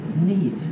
Neat